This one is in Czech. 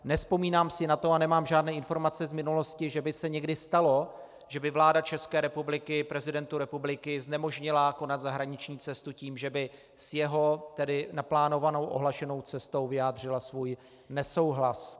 Nevzpomínám si na to a nemám žádné informace z minulosti, že by se někdy stalo, že by vláda České republiky prezidentu republiky znemožnila konat zahraniční cestu tím, že by s jeho naplánovanou, ohlášenou cestou vyjádřila svůj nesouhlas.